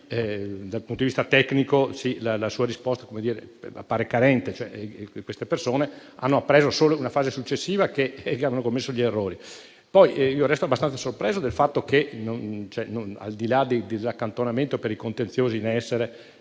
Dal punto di vista tecnico la sua risposta appare carente, perché queste persone hanno appreso solo in una fase successiva che avevano commesso degli errori. Poi, resto abbastanza sorpreso del fatto che, al di là del disaccantonamento per i contenziosi in essere,